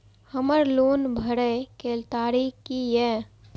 हमर लोन भरए के तारीख की ये?